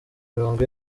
mirongo